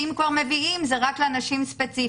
אם כבר מביאים זה רק לאנשים ספציפיים,